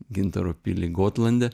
gintaro pilį gotlande